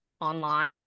online